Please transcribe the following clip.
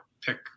pick